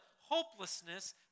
hopelessness